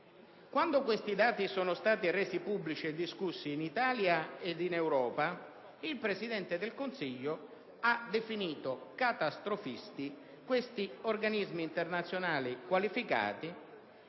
Quando questi dati sono stati resi pubblici e discussi in Italia ed in Europa, il Presidente del Consiglio ha definito catastrofisti questi organismi internazionali qualificati